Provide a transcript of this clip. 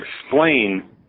explain